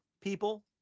people